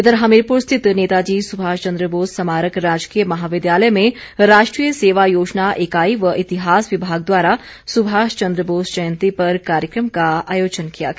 इधर हमीरपुर स्थित नेताजी सुभाष चंद्र बोस स्मारक राजकीय महाविद्यालय में राष्ट्रीय सेवा योजना इकाई व इतिहास विभाग द्वारा सुभाष चंद्र बोस जयंती पर कार्यक्रम का आयोजन किया गया